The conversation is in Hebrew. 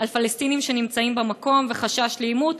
על פלסטינים שנמצאים במקום וחשש לעימות,